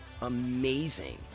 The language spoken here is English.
amazing